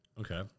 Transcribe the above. Okay